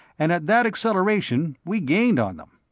and at that acceleration we gained on them.